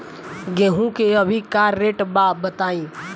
गेहूं के अभी का रेट बा बताई?